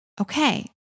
Okay